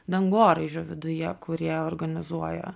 dangoraižio viduje kurie organizuoja